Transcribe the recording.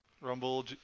Rumble